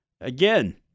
again